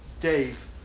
Dave